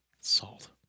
Salt